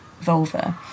vulva